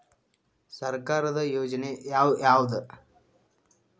ಸರ್ಕಾರದ ಯೋಜನೆ ಯಾವ್ ಯಾವ್ದ್?